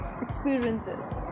experiences